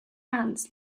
ants